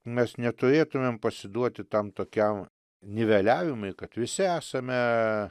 mes neturėtumėm pasiduoti tam tokiam niveliavimui kad visi esame